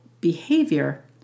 behavior